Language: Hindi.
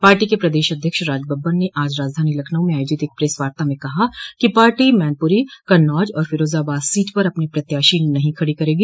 पार्टी के प्रदेश अध्यक्ष राजबब्बर ने आज राजधानी लखनऊ में आयोजित एक प्रेसवार्ता में कहा कि पार्टी मैनपुरी कन्नौज और फिरोजाबाद सीट पर अपने प्रत्याशी नहीं खड़े करेगी